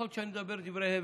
יכול להיות שאני מדבר דברי הבל,